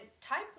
type